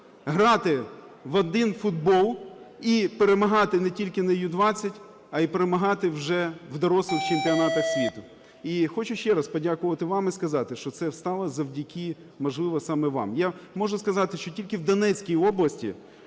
грати в один футбол і перемагати не тільки на U-20, а й перемагати вже в дорослих чемпіонатах світу. І хочу ще раз подякувати вам і сказати, що це стало завдяки, можливо, саме вам. Я можу сказати, що тільки в Донецькій області